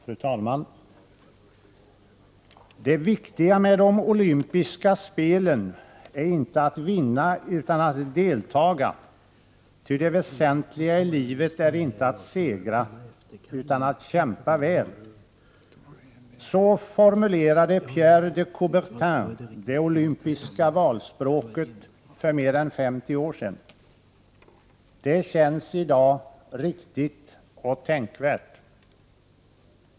Fru talman! Det viktiga med de olympiska spelen är inte att vinna utan att deltaga, ty det väsentliga i livet är inte att segra utan att kämpa väl. Så formulerade Pierre de Coubertin det olympiska valspråket för mer än 50 år sedan. Det känns i dag riktigt och tänkvärt.